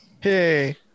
Hey